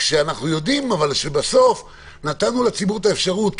אנחנו יודעים שבסוף נתנו לציבור את האפשרות,